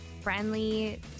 friendly